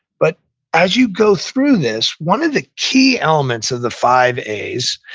but as you go through this, one of the key elements of the five a's,